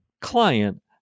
client